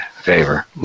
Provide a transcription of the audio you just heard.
favor